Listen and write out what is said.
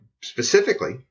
specifically